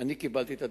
אני קיבלתי את הדיווח,